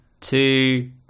two